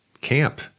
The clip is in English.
camp